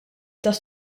tas